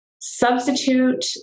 substitute